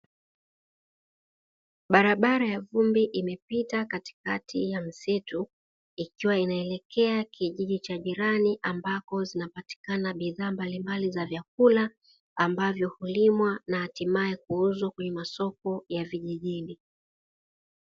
Barabara ya vumbi imepita katikati ya msitu ikiwa inaelekea kijiji cha jirani ambako kunapatikana bidhaa mbalimbali za chakula, ambavyo hulimwa na atimae kuuzwa kwenye masoko ya vijijini.